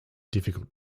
difficult